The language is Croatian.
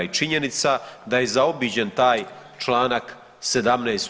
I činjenica da je zaobiđen taj članak 17.